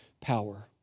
power